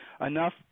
enough